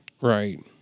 Right